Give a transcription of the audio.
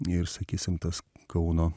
ir sakysim tas kauno